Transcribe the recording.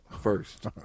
first